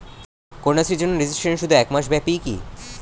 কন্যাশ্রীর জন্য রেজিস্ট্রেশন শুধু এক মাস ব্যাপীই কি?